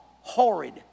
horrid